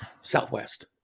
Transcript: Southwest